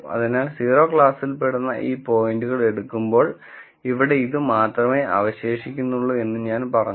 അതിനാൽ 0 ക്ലാസ്സിൽ പെടുന്ന ഈ പോയിന്റുകൾ എടുക്കുമ്പോൾ ഇവിടെ ഇത് മാത്രമേ അവശേഷിക്കുന്നുള്ളൂ എന്ന് ഞാൻ പറഞ്ഞു